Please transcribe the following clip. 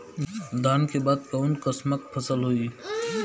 धान के बाद कऊन कसमक फसल होई?